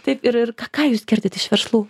taip ir ir ką ką jūs girdit iš verslų